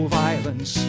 violence